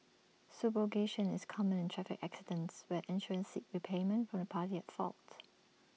subrogation is common in traffic accidents where insurers seek repayment from the party at fault